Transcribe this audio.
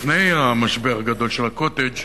לפני המשבר הגדול של ה"קוטג'",